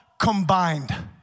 combined